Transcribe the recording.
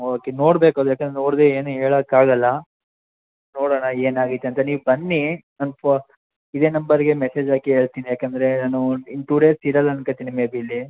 okay ನೋಡ್ಬೇಕು ಅದು ಏಕೆಂದ್ರೆ ನೋಡದೆ ಏನೂ ಹೇಳಕ್ಕಾಗಲ್ಲ ನೋಡೋಣ ಏನಾಗಿತ್ತು ಅಂತ ನೀವು ಬನ್ನಿ ನನ್ನ ಫೋ ಇದೇ ನಂಬರ್ಗೆ ಮೆಸೇಜ್ ಹಾಕಿ ಹೇಳ್ತೀನಿ ಯಾಕೆಂದ್ರೆ ನಾನು ಇನ್ನು ಟೂ ಡೇಸ್ ಇರೋಲ್ಲ ಅನ್ಕೋತೀನಿ ಮೇಬಿ ಇಲ್ಲಿ